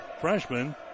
freshman